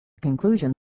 Conclusion